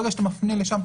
ברגע שאתה מפנה לשם,